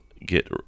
get